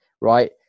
right